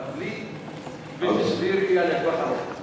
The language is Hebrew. אבל בלי ראייה לטווח ארוך.